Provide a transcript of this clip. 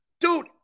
Dude